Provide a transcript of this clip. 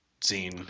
scene